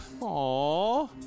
Aw